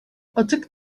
atık